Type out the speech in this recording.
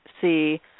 see